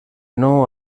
nou